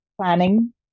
planning